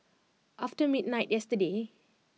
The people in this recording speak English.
after midnight yesterday